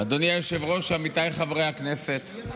אדוני היושב-ראש, עמיתיי חברי הכנסת,